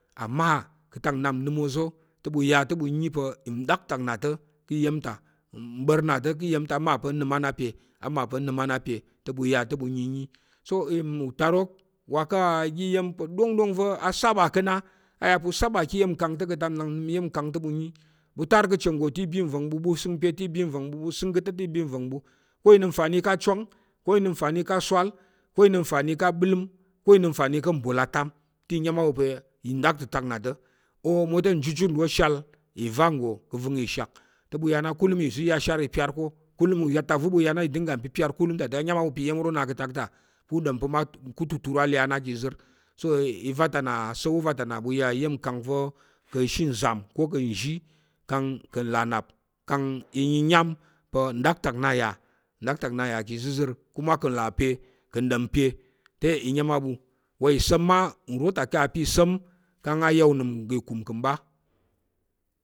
Amma ka̱ atak nnap nnəm oza̱ ɓu yà ta̱ ɓu yi pa̱ nɗaktak nna ta̱ te iya̱m ta, nɓa̱r nna ta̱ te iya̱m ta amma pa̱ nnəm á na pe, amma pa̱ nnəm á pe, te ɓu yà ta̱ ɓu nyi yi so utarok uwa ká̱ oga iya̱m pa̱ ɗongɗong va̱ saba ka̱ na a yà pa̱ u saba ka̱ oga iya̱mkang kang ka̱ atak nnap nnəm iya̱mkang te ɓu yi ɓu tar ka̱ ache nggo te i bi nva̱ng ɓu, ɓu səng pe te i bi nva̱ng ɓu, ɓu ka̱ ta̱ te i bi nva̱ng ɓu ko inəm nfani ká̱ achwang ko nəm nfani ká̱ aswal, ko nəm nfani ka̱ abələm ko nəm nfani ka̱ mbol atam te i nyam á ɓu pa̱ nɗaktətak nna ta̱ mwo te njujut nro shal ìva nggo ka̱ avəng ìshak. te ɓu ya kulum ova̱ i yar ashar i piyar ko, kulum u ya atak va̱ uza̱ i piyar ta te. u ɗom pa̱ ma tutur ale á na ka̱ ìzər, asa̱l- wu iva ta nna ɓu ya iya̱mkang va̱ ka̱ ashe nzam ko kà̱ nzhi kang ka̱ nlà nnap, kang iyiyam pa̱ nɗaktak nna yà, nɗaktak nnà yà ka̱ ìzəzər kuma ka̱ nlà pe, ka̱ n ɗom pe te i nyam á ɓu wa ìsa̱m mma, nro ta kang a yà pa̱ ìsa̱m ya unəm uga ìkum ka̱ mɓa,